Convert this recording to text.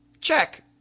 check